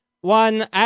One